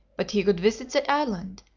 but he could visit the island,